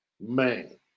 man